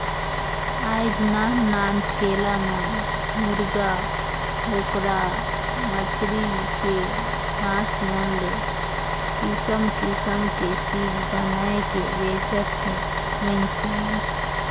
आयज नान नान ठेला मन मुरगा, बोकरा, मछरी के मास मन ले किसम किसम के चीज बनायके बेंचत हे मइनसे मन